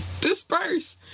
disperse